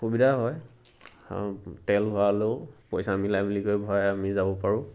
সুবিধা হয় তেল ভৰালেও পইচা মিলাই মেলিকৈ ভৰাই আমি যাব পাৰোঁ